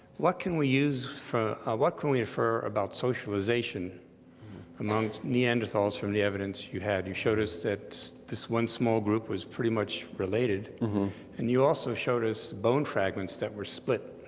what can we use? what can we infer about socialization amongst neanderthals from the evidence you had? you showed us that this one small group was pretty much related and you also showed us bone fragments that were split.